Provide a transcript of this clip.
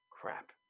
Crap